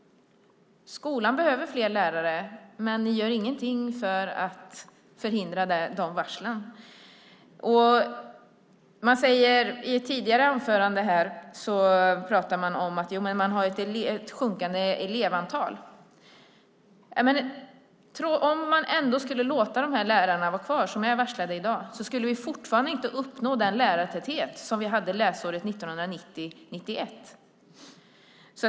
Skolan behöver fler lärare, men ni gör ingenting för att förhindra de varslen. I ett tidigare anförande pratar man om att det är ett sjunkande elevantal. Men om vi skulle låta de lärare som är varslade i dag vara kvar skulle vi ändå inte uppnå den lärartäthet som vi hade läsåret 1990/91.